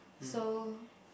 so